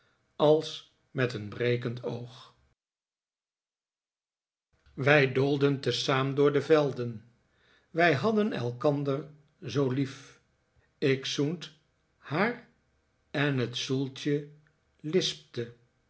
ais met een brekend oog wij doolden te zaam door de velden wij hadden elkander zoo lief ik zoend haar en t zoeltjen lispte